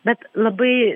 bet labai